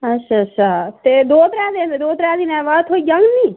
अच्छा अच्छा ते दो त्रै दिन दो त्रै दिनें दे बाद थ्होई जाङन निं